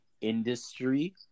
industry